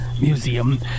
Museum